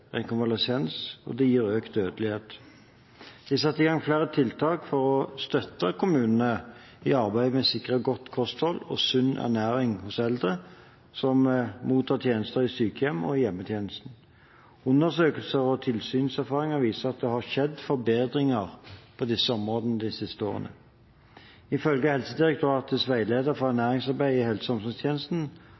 funksjon, forsinker rekonvalesens og gir økt dødelighet. Det er satt i gang flere tiltak for å støtte kommunene i arbeidet med å sikre godt kosthold og sunn ernæring hos eldre som mottar tjenester i sykehjem og hjemmetjeneste. Undersøkelser og tilsynserfaringer viser at det har skjedd forbedringer på disse områdene de siste årene. Ifølge Helsedirektoratets veileder for ernæringsarbeid i helse- og omsorgstjenesten